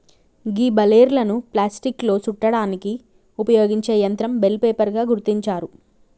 గీ బలేర్లను ప్లాస్టిక్లో సుట్టడానికి ఉపయోగించే యంత్రం బెల్ రేపర్ గా గుర్తించారు